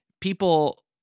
people